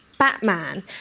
Batman